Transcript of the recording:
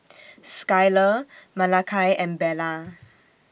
Skyler Malakai and Bella